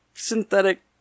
synthetic